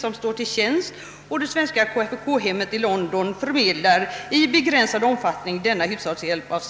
De erbjuder sina tjänster, och det svenska KFUK hemmet i London förmedlar i begränsad omfattning denna hushållshjälp.